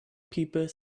people